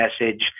message